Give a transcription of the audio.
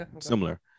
Similar